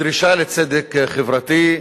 בדרישה לצדק חברתי.